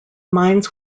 mines